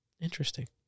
interesting